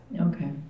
Okay